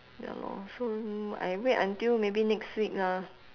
ya lor so I wait until maybe next week lah